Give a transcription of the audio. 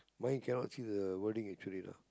my cannot see the wording actually